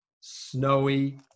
snowy